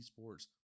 esports